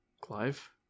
Clive